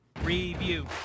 review